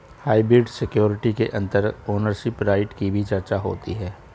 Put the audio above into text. hybrid security के अंतर्गत ownership right की भी चर्चा होती है